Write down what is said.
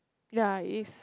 ya it's